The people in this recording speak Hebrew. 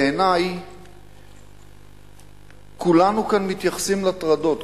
בעיני כולנו כאן מתייחסים לטרדות,